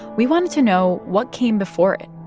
we wanted to know what came before it.